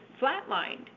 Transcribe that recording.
flatlined